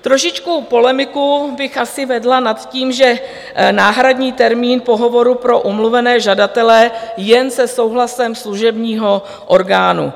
Trošičku polemiku bych asi vedla nad tím, že náhradní termín pohovoru pro omluvené žadatele jen se souhlasem služebního orgánu.